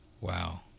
Wow